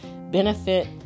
benefit